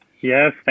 Yes